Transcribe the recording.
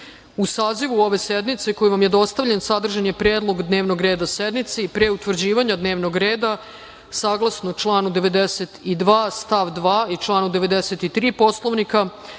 sazivu ove sednice, koji vam je dostavljen, sadržan je Predlog dnevnog reda sednice. Pre utvrđivanja dnevnog reda, saglasno članu 92. stav 2. i članu 93. Poslovnika,